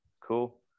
Cool